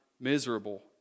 Miserable